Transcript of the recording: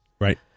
right